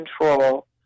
control